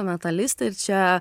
metalistė ir čia